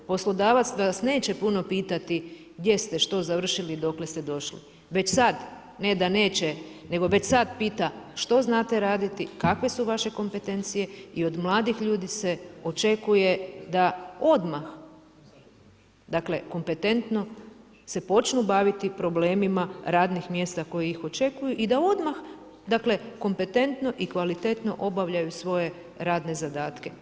Poslodavac vas neće puno pitati, gdje ste što završili i dokle ste došli, već sada, ne da neće, nego već sada pita, što znate raditi, kakve su vaše kompetencije i od mladih ljudi se očekuje da odmah dakle, kompetentno se počnu baviti problemima radnih mjesta koji ih očekuju i da odmah kompetentno i kvalitetno obavljaju svoje radne zadatke.